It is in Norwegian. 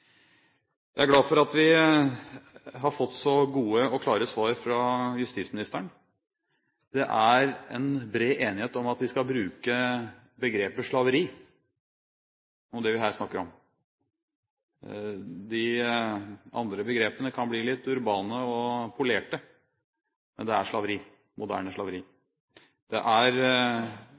Jeg er glad for at vi har fått så gode og klare svar fra justisministeren. Det er en bred enighet om at vi skal bruke begrepet «slaveri» om det vi her snakker om. De andre begrepene kan bli litt urbane og polerte, men det er slaveri, moderne slaveri. Det er